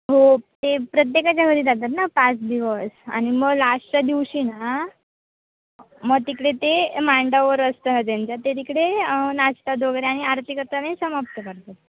हो ते प्रत्येकाच्या घरी जातात ना पाच दिवस आणि मग लास्टच्या दिवशी ना मग तिकडे ते मांडावर असतं हा त्यांच्या ते तिकडे नाचतात वगैरे आणि आरती करतात आणि समाप्त करतात